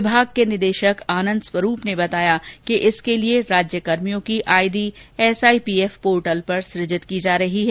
विभाग के निदेशक आनंद स्वरूप ने बताया कि इसके लिए राज्य कर्मियों की आईडी एसआईपीएफ पोर्टल पर सूजित की जा रही है